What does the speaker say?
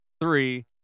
three